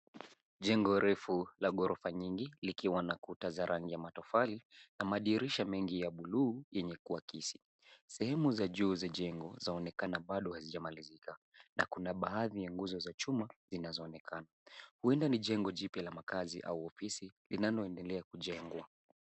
Jengo refu la ghorofa nyingi likiwa na kuta za rangi ya matofali na madirisha mengi ya buluu yenye kuakisi. Sehemu za juu za jengo zaonekana bado halijamalizika na kuna baadhi ya nguzo za chuma zinazoonekana huenda ni jengo jipya la makazi au ofisi linaloendelea kujengwa.